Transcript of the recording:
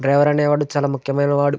driver అనేవాడు చాలా ముఖ్యమైన వాడు